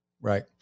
Right